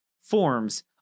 forms